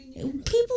people